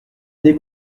des